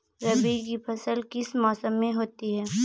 रबी की फसल किस मौसम में होती है?